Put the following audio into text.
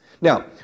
Now